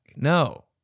No